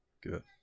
Good